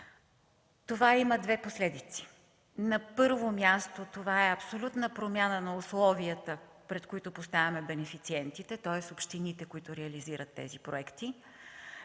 То има две последици. Първо, това е абсолютна промяна на условията, пред които поставяме бенефициентите, тоест общините, които реализират тези проекти,